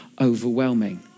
overwhelming